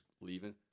leaving